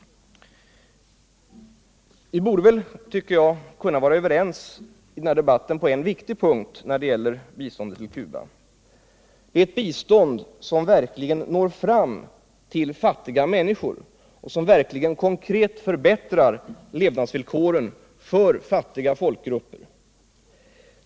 Vi borde kunna vara överens på en viktig punkt när det gäller biståndet till Cuba, nämligen att det är ett bistånd som verkligen når fram till fattiga människor och som verkligen konkret förbättrar levnadsvillkoren för fattiga folkgrupper.